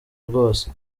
rwose